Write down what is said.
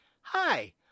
Hi